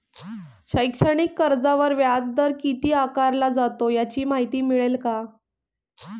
शैक्षणिक कर्जावर व्याजदर किती आकारला जातो? याची माहिती मिळेल का?